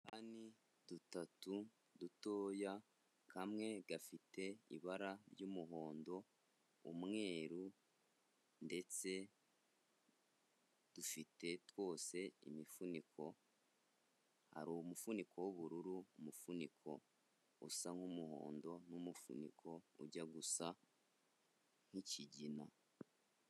Dutatu dutoya, kamwe gafite ibara ry'umuhondo, umweru ndetse dufite twose imifuniko, hari umufuniko w'ubururu, umufuniko usa nkumuhondo n'umufuniko ujya gusa nk'ikigina.